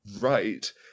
right